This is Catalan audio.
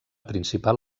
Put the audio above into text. principal